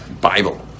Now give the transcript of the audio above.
Bible